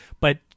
but-